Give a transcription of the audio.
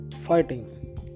fighting